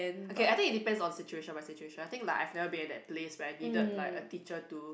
okay I think it depends on situation by situation I think like I've never been at that place where I needed like a teacher to